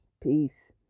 Peace